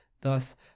Thus